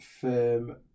firm